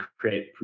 create